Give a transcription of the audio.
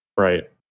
Right